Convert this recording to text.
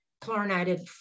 chlorinated